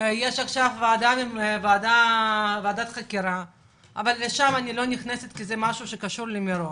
יש עכשיו ועדת חקירה אבל אני לא נכנסת לזה כי זה קשור למירון,